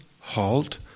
halt